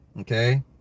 Okay